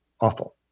awful